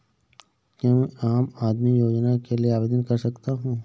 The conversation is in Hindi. क्या मैं आम आदमी योजना के लिए आवेदन कर सकता हूँ?